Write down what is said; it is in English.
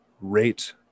rate